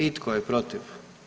I tko je protiv?